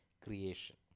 creation